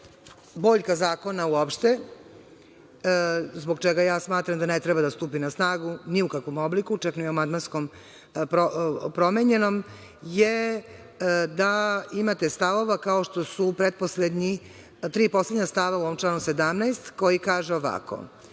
boljka zakona uopšte, zbog čega ja smatram da ne treba da stupi na snagu ni u kakvom obliku, čak ni u amandmanski promenjenom, je da imate stavova kao što su tri poslednja stava u ovom članu 17. koji kaže ovako